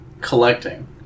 collecting